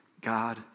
God